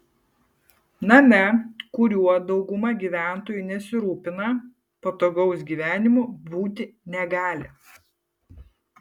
name kuriuo dauguma gyventojų nesirūpina patogaus gyvenimo būti negali